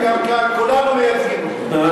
כולנו מייצגים אותו.